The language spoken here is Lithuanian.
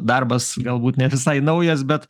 darbas galbūt ne visai naujas bet